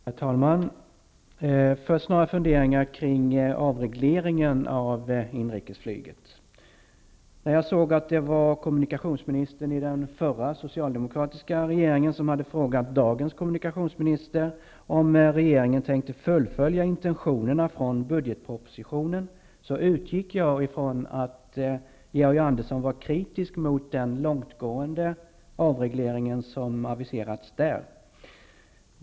Herr talman! Först några funderingar kring avregleringen av inrikesflyget. När jag såg att det var kommunikationsministern i den förra, socialdemokratiska regeringen som hade frågat dagens kommunikationsminister om regeringen tänkte fullfölja intentionerna från budgetpropositionen, utgick jag ifrån att Georg Andersson var kritisk mot den långtgående avreglering som aviserats där.